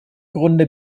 grunde